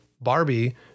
barbie